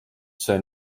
see